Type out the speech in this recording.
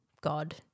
God